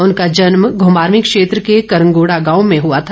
उनका जन्म घुमारवीं क्षेत्र के करंगोड़ा गांव में हुआ था